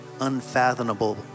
unfathomable